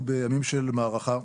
של מערכה.